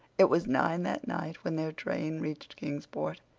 it was nine that night when their train reached kingsport,